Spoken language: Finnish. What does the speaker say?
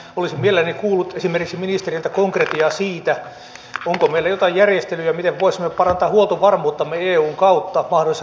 olisin mielelläni kuullut esimerkiksi ministeriltä konkretiaa siitä onko meillä joitain järjestelyjä miten voisimme parantaa huoltovarmuuttamme eun kautta mahdollisessa kriisitilanteessa